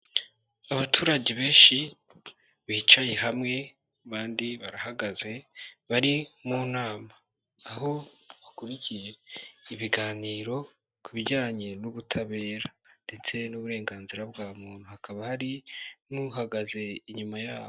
Abaturage benshi bicaye hamwe abandi barahagaze bari mu nama, aho bakurikije ibiganiro ku bijyanye n'ubutabera ndetse n'uburenganzira bwa muntu, hakaba hari n'uhagaze inyuma yabo.